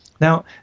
Now